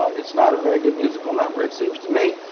it's not a very good musical number, it seems to me,